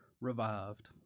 revived